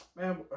man